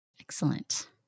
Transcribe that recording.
Excellent